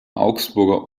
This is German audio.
augsburger